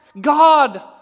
God